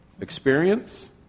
Experience